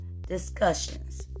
discussions